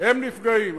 הם נפגעים?